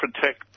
protect